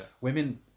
women